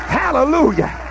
hallelujah